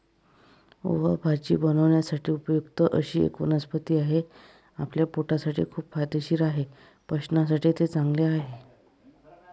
ओवा भाजी बनवण्यासाठी उपयुक्त अशी एक वनस्पती आहे, आपल्या पोटासाठी खूप फायदेशीर आहे, पचनासाठी ते चांगले आहे